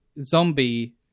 zombie